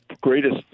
greatest